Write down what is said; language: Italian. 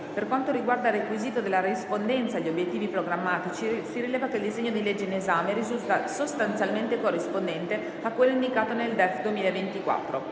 Per quanto riguarda il requisito della rispondenza agli obiettivi programmatici, si rileva che il disegno di legge in esame risulta sostanzialmente corrispondente a quello indicato nel DEF 2024.